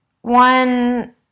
one